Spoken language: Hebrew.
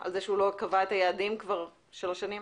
על זה שהוא לא קבע יעדים כבר שלוש שנים?